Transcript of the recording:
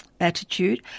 attitude